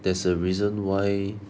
there's a reason why